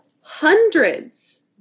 hundreds